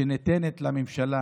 שניתנת לממשלה